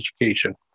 education